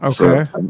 Okay